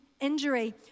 injury